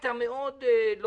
בקטע לא גדול,